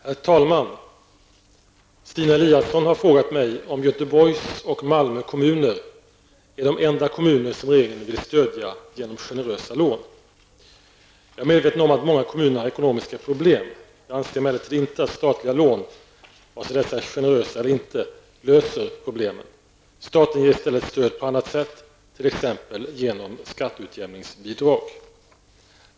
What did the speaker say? Herr talman! Stina Eliasson har frågat mig om Göteborgs och Malmö kommuner är de enda kommuner som regeringen vill stödja genom generösa lån. Jag är medveten om att många kommuner har ekonomiska problem. Jag anser emellertid inte att statliga lån -- vare sig dessa är generösa eller inte -- löser problemen. Staten ger i stället stöd på annat sätt, t.ex. genom extra skatteutjämningsbidrag.